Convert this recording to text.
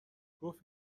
گفت